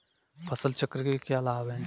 फसल चक्र के क्या लाभ हैं?